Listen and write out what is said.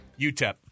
UTEP